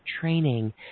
training